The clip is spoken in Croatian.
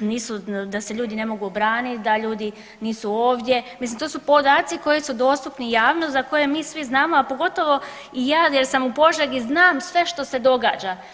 nisu, da se ljudi ne mogu obranit, da ljudi nisu ovdje, mislim to su podaci koji su dostupni javnosti, za koje mi svi znamo, a pogotovo i ja jer sam u Požegi i znam sve što se događa.